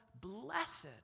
blessed